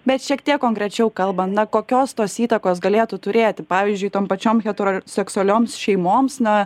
bet šiek tiek konkrečiau kalbant na kokios tos įtakos galėtų turėti pavyzdžiui tom pačiom hetoroseksualioms šeimoms na